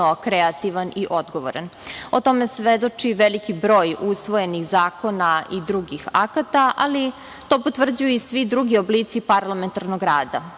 kreativan i odgovoran. O tome svedoči veliki broj usvojenih zakona i drugih akata, ali to potvrđuju i svi drugi oblici parlamentarnog rada